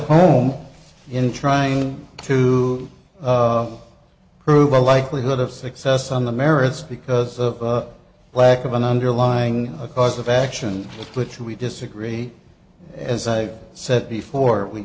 home in trying to prove a likelihood of success on the merits because of lack of an underlying cause of action which we disagree as i said before we